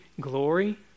glory